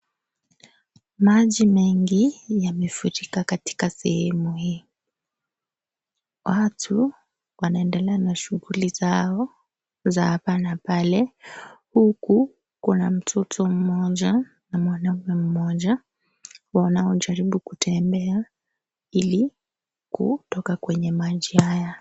Maji mengi yamefurika katika sehemu hii. Watu wanaendelea na shughuli zao za hapa na pale huku kuna mtoto mmoja na mwanamme mmoja wanaojaribu kutembea ili kutoka kwenye maji haya.